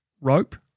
rope